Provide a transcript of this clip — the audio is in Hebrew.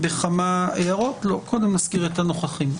קודם נזכיר את הנוכחים.